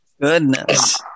Goodness